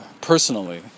Personally